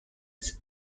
its